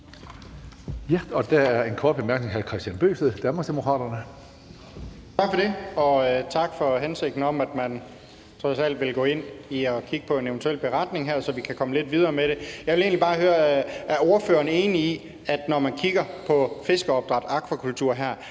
Hønge): Der er en kort bemærkning fra hr. Kristian Bøgsted, Danmarksdemokraterne. Kl. 16:47 Kristian Bøgsted (DD): Tak for det. Tak for hensigten om, at man trods alt vil gå ind i at kigge på eventuelt at lave en beretning, så vi kan komme lidt videre med det. Jeg vil egentlig bare høre, om ordføreren er enig i, at når man kigger på fiskeopdræt og akvakultur, er